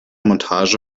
montage